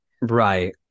right